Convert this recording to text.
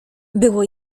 było